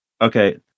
Okay